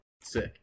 sick